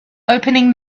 opening